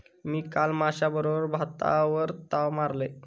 मी काल माश्याबरोबर भातावर ताव मारलंय